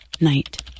night